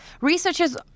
researchers